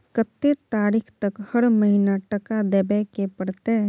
कत्ते तारीख तक हर महीना टका देबै के परतै?